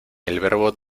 verbo